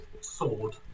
sword